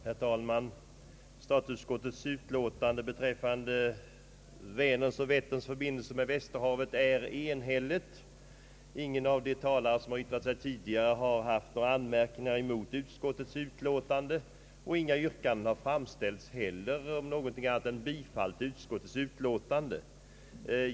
Herr talman! Statsutskottets utlåtande beträffande Vänerns och Vätterns förbindelse med Västerhavet är enhälligt. Ingen av de talare som yttrat sig har haft några anmärkningar mot utskottets utlåtande, och inga andra yrkanden har framställts än om bifall till utlåtandet.